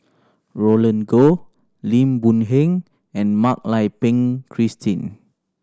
Roland Goh Lim Boon Heng and Mak Lai Peng Christine